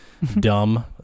dumb